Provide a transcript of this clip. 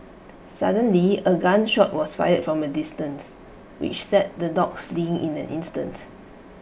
suddenly A gun shot was fired from A distance which set the dogs fleeing in an instant